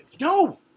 no